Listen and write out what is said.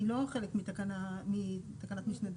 היא לא חלק מתקנת משנה (ד),